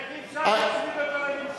איך אפשר להצמיד אותו לממשלה?